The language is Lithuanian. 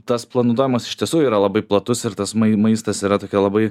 tas panaudojimas iš tiesų yra labai platus ir tas maistas yra tokia labai